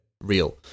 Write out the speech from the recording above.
real